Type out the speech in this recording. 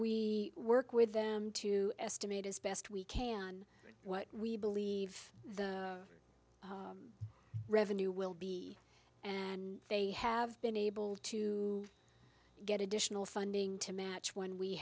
we work with them to estimate as best we can what we believe the revenue will be and they have been able to get additional funding to match when we